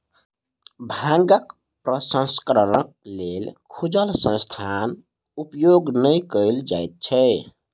भांगक प्रसंस्करणक लेल खुजल स्थानक उपयोग नै कयल जाइत छै